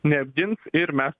neapgins ir mes